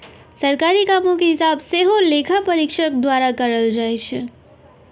सरकारी कामो के हिसाब सेहो लेखा परीक्षक द्वारा करलो जाय छै